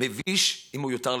מביש ומיותר לגמרי.